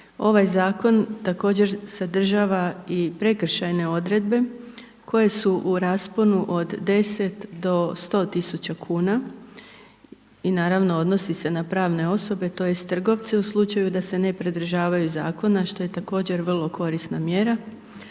Ovaj Zakon također sadržava i prekršajne odredbe, koje su u rasponu od 10,00 do 100.000,00 kuna, i naravno odnosi se na pravne osobe to jest trgovce, u slučaju da se ne pridržavaju Zakona što je također vrlo korisna mjera.